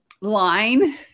line